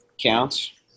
Counts